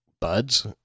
buds